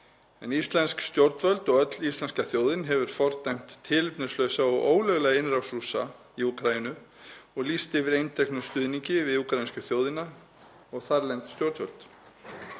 Íslensk stjórnvöld og öll íslenska þjóðin hefur fordæmt tilefnislausa og ólöglega innrás Rússa í Úkraínu og lýsti yfir eindregnum stuðningi við úkraínsku þjóðina og þarlend stjórnvöld.